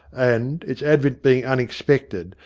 and, its advent being un expected,